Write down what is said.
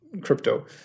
crypto